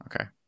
Okay